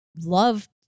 love